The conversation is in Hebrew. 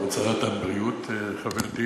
כבוד שרת הבריאות, חברתי